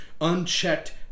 unchecked